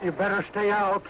you better stay out